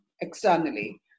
externally